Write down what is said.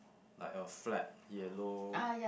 like a flat yellow